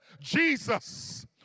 Jesus